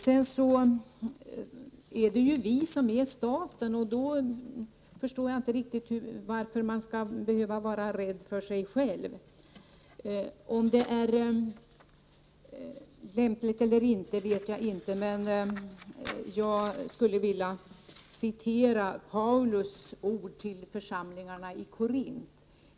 Det är ju vi som är staten, och då förstår jag inte riktigt varför man skall behöva vara rädd för sig själv. Om det är lämpligt vet jag inte, men jag skulle vilja citera Paulus ord till församlingarna i Korint.